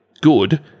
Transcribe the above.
good